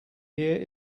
year